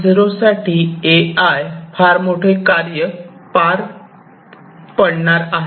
0 साठी A I फार मोठे कार्य पार पडणार आहे